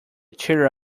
cheer